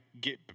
get